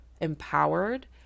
empowered